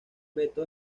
beto